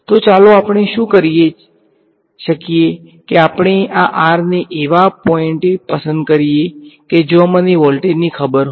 તો ચાલો આપણે શું કરી શકીએ કે આપણે આ r ને એવા પોઇંટએ પસંદ કરી શકીએ કે જ્યાં મને વોલ્ટેજની ખબર હોય